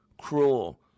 cruel